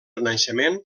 renaixement